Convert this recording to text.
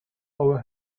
over